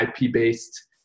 IP-based